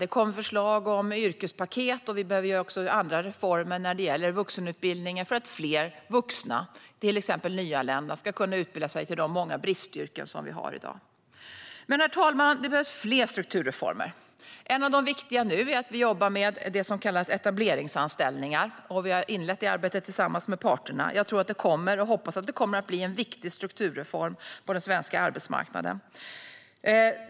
Det kommer förslag om yrkespaket, och vi behöver också göra andra reformer när det gäller vuxenutbildningen för att fler vuxna, till exempel nyanlända, ska kunna utbilda sig till de många bristyrken som vi har i dag. Men, herr talman, det behövs fler strukturreformer. En av de viktiga nu är att vi jobbar med det som kallas etableringsanställningar, och vi har inlett det arbetet tillsammans med parterna. Jag tror och hoppas att det kommer att bli en viktig strukturreform på den svenska arbetsmarknaden.